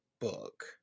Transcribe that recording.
book